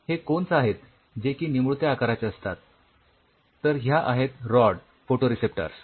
हे कोन्स आहेत जे की निमुळत्या आकाराचे असतात तर ह्या आहेत रॉड फ़ोटोरिसेप्टर्स